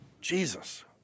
Jesus